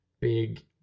big